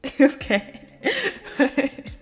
okay